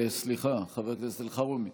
סליחה, חבר הכנסת אלחרומי.